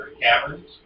caverns